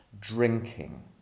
drinking